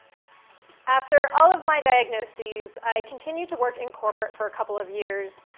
after all of my diagnoses, i continued to work in corporate for a couple of years,